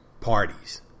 parties